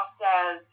says